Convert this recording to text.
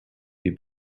you